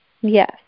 Yes